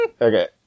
Okay